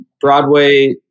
Broadway